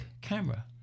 camera